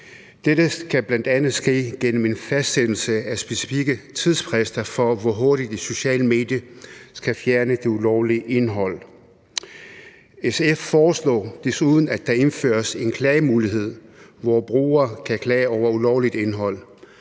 Dette skal bl.a. ske gennem en fastsættelse af specifikke tidsfrister for, hvor hurtigt de sociale medier skal fjerne det ulovlige indhold. SF foreslår desuden, at der indføres en klagemulighed, hvor brugere kan klage over ulovligt indhold.